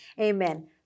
Amen